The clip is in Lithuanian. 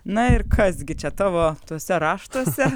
na ir kas gi čia tavo tuose raštuose